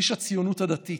איש הציונות הדתית,